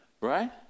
Right